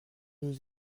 nous